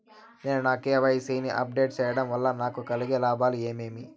నేను నా కె.వై.సి ని అప్ డేట్ సేయడం వల్ల నాకు కలిగే లాభాలు ఏమేమీ?